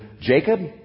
Jacob